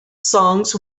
songs